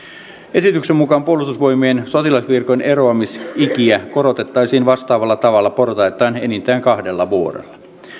esityksen mukaan puolustusvoimien sotilasvirkojen eroamisikiä korotettaisiin vastaavalla tavalla portaittain enintään kahdella vuodella